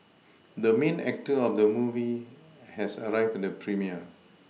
the main actor of the movie has arrived at the premiere